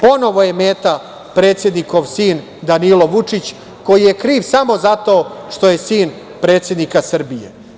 Ponovo je meta predsednikov sin Danilo Vučić, koji je kriv samo zato što je sin predsednika Srbije.